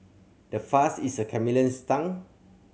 how fast is a chameleon's tongue